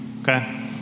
okay